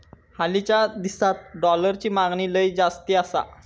हालीच्या दिसात डॉलरची मागणी लय जास्ती आसा